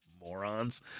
Morons